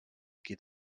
qui